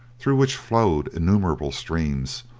through which flowed innumerable streams,